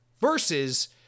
versus